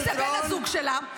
-- מי זה בן הזוג שלה.